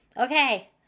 Okay